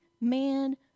man